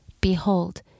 Behold